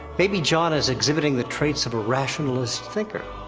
maybe jon is exhibiting the traits of a rationalist thinker.